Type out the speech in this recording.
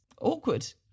awkward